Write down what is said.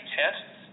tests